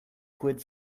quid